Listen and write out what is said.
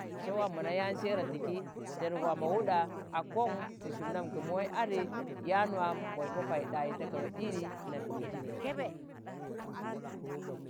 se waam mo na yạan sẹera tiki, teduk wạa mo wuɗa, a kong ti sum nam, ka muwai adi, yạan waam moyi Po Paiɗaɨ ta kaba ɗini nam dijin.